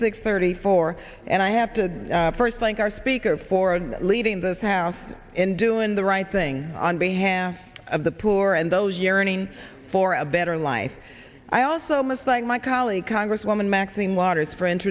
six thirty four and i have to first thank our speaker for leading this house and doing the right thing on behalf of the poor and those year in ng for a better life i also must like my colleague congresswoman maxine waters f